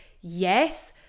Yes